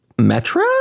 Metro